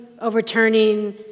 overturning